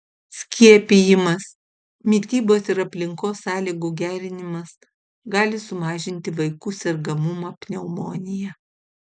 skiepijimas mitybos ir aplinkos sąlygų gerinimas gali sumažinti vaikų sergamumą pneumonija